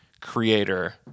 creator